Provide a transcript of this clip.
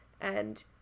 And-